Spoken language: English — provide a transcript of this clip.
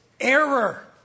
error